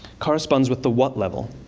corresponds with the what level.